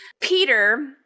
Peter